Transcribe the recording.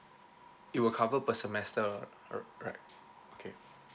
it will cover per semester r~ right okay